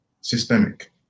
systemic